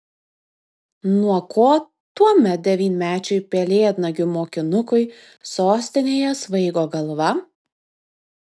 nuo ko tuomet devynmečiui pelėdnagių mokinukui sostinėje svaigo galva